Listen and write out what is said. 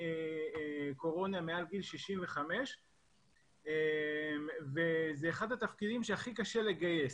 קורונה מעל גיל 65. זה אחד התפקידים שהכי קשה לגייס.